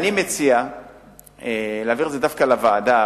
אני מציע להעביר את זה דווקא לוועדה,